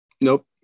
Nope